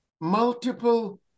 multiple